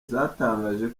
zatangaje